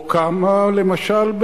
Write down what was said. או כמה, למשל,